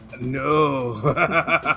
No